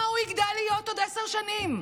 למה הוא יגדל להיות בעוד עשר שנים?